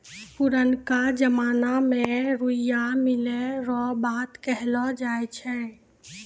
पुरनका जमाना मे रुइया मिलै रो बात कहलौ जाय छै